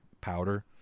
powder